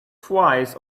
twice